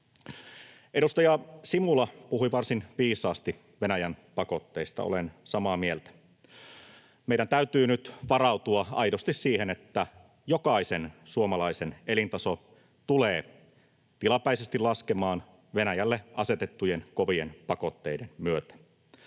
Edustaja Simula puhui varsin viisaasti Venäjän pakotteista — olen samaa mieltä. Meidän täytyy nyt varautua aidosti siihen, että jokaisen suomalaisen elintaso tulee tilapäisesti laskemaan Venäjälle asetettujen kovien pakotteiden myötä.